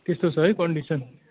त्यस्तो छ है कन्डिसन